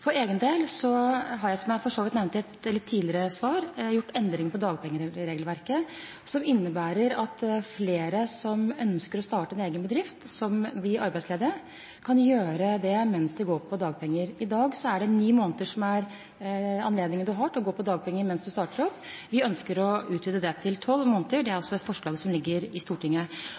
For egen del har jeg, som jeg for så vidt nevnte i et tidligere svar, gjort endringer i dagpengeregelverket som innebærer at flere som blir arbeidsledige, som ønsker å starte en egen bedrift, kan gjøre det mens de går på dagpenger. I dag har man anledning til å gå på dagpenger i ni måneder mens man starter opp. Vi ønsker å utvide det til tolv måneder. Det er et forslag som ligger i Stortinget.